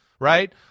right